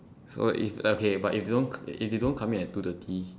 so it's okay but if they don't co~ if they don't come in at two thirty